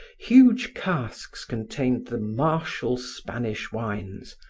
huge casks contained the martial spanish wines,